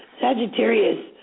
Sagittarius